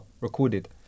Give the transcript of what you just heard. recorded